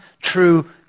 true